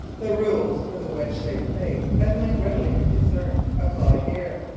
the rules for the wedge-shaped face, as may readily be discerned, apply here.